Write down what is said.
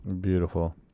Beautiful